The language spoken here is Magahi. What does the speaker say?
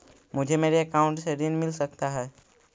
मुझे मेरे अकाउंट से ऋण मिल सकता है?